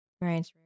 Right